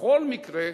בכל מקרה,